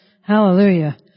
Hallelujah